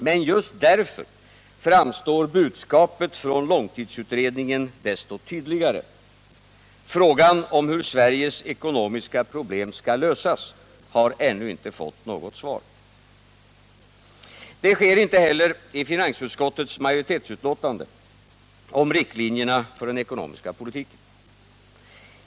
Men just därför framstår budskapet från långtidsutredningen desto tydligare — frågan om hur Sveriges ekonomiska problem skall lösas har ännu inte fått något svar. Det sker inte heller i finansutskottets majoritetsutlåtande om riktlinjerna för den ekonomiska politiken.